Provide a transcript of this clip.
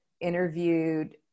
interviewed